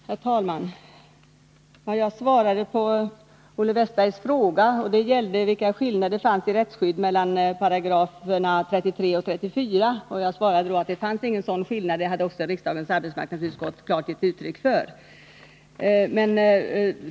Herr talman! Jag svarade på Olle Wästbergs i Stockholm fråga, som gällde vilka skillnader i rättsskydd som finns mellan 33 och 34 §§. Jag svarade att det inte finns någon sådan skillnad och att också riksdagens arbetsmarknadsutskott har gett klart uttryck för det.